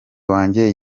wanjye